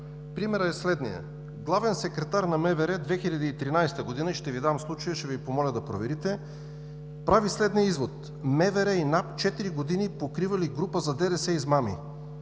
Примерът е следният: главен секретар на МВР – 2013 г., ще Ви дам случая и ще Ви помоля да проверите, прави следния извод – МВР и НАП четири години покривали група за ДДС измами.